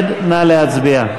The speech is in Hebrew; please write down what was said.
להצביע.